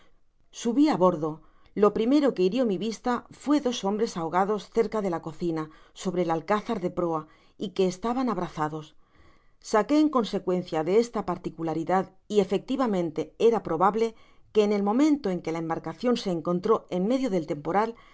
subi á bordo lo primero que hirió mi vista fué dos hombres ahogados cerca de la cocina sobre el alcázar de proa y que estaban abrazados saqué en consecuencia de esta particularidad y efectivamente era probable que en el momento en que la embarcacion se encontró en medio del temporal las